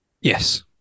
Yes